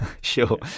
sure